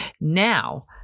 Now